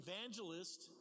evangelist